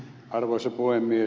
arvoisa puhemies